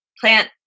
plant